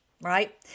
Right